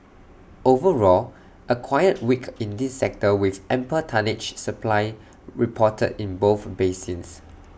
overall A quiet week in this sector with ample tonnage supply reported in both basins